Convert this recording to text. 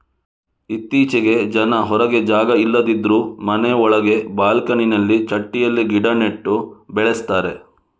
ಇತ್ತೀಚೆಗೆ ಜನ ಹೊರಗೆ ಜಾಗ ಇಲ್ಲದಿದ್ರೂ ಮನೆ ಒಳಗೆ ಬಾಲ್ಕನಿನಲ್ಲಿ ಚಟ್ಟಿಯಲ್ಲಿ ಗಿಡ ನೆಟ್ಟು ಬೆಳೆಸ್ತಾರೆ